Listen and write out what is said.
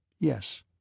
Yes